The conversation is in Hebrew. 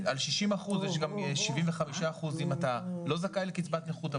יש גם 75% אם אתה לא זכאי לקצבת נכות,